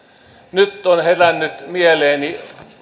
nyt on herännyt mieleeni